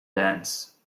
dance